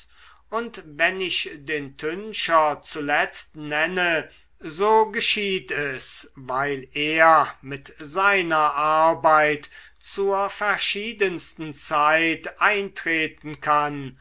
und wenn ich den tüncher zuletzt nenne so geschieht es weil er mit seiner arbeit zur verschiedensten zeit eintreten kann